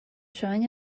showing